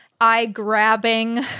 eye-grabbing